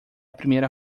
primeira